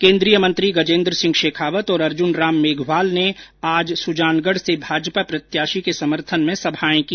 केन्द्रीय मंत्री गजेन्द्र सिंह शेखावत और अर्जुनराम मेघवाल ने आज सुजानगढ़ से भाजपा प्रत्याशी के समर्थन में सभाएं की